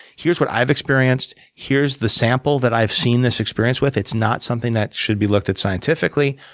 here's what i've experienced. here's the sample that i've seen this experience with. it's not something that should be looked at scientifically,